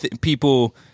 people